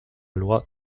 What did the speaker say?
loi